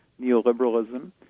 neoliberalism